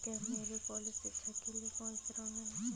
क्या मेरे कॉलेज शिक्षा के लिए कोई ऋण है?